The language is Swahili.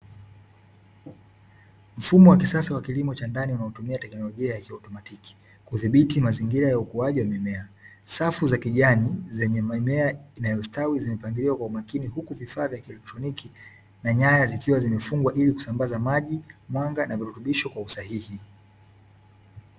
Mfumo wa kisasa wa kilimo cha ndani unaotumia teknolojia ya kiautomatiki kudhibiti mazingira ya ukuaji wa mimea. Safu za kijani zenye mimea inayositawi zimepangiliwa kwa umakini huku vifaa vya kielektroniki na nyaya zikiwa zimefungwa ili kusambaza maji, mwanga na virutubisho kwa usahihi.